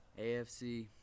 AFC